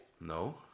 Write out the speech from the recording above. No